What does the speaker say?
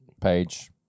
page